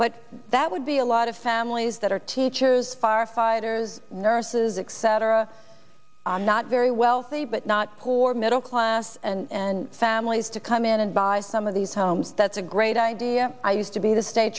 but that would be a lot of families that are teachers firefighters nurses except for a not very wealthy but not poor middle class and families to come in and buy some of these homes that's a great idea i used to be the state